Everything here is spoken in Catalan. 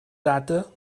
data